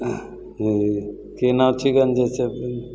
कि नाम छिकनि जइसे